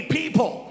people